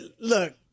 look